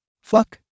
Fuck